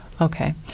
Okay